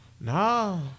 No